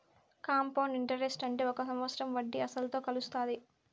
compound interest అంటే ఒక సంవత్సరం వడ్డీ అసలుతో కలుత్తాది